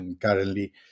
currently